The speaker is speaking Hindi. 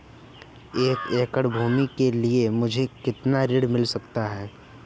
एक एकड़ भूमि के लिए मुझे कितना ऋण मिल सकता है?